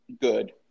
good